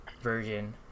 version